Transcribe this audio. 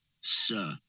sir